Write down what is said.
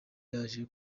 yaje